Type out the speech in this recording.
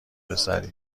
پسری